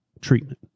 treatment